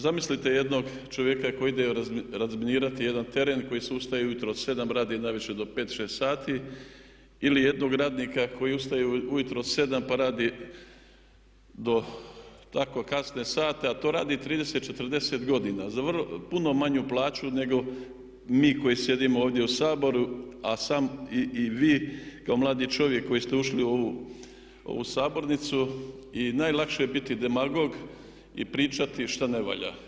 Zamislite jednog čovjeka koji ide razminirati jedan teren koji se ustaje ujutro od 7, radi navečer do 5, 6 sati ili jednog radnika koji ustaje ujutro od 7 pa radi do tako kasne sate, a to radi 30, 40 godina za puno manju plaću nego mi koji sjedimo ovdje u Saboru, a i vi kao mladi čovjek koji ste ušli u ovu sabornicu i najlakše je biti demagog i pričati što ne valja.